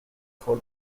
for